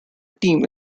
team